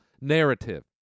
narrative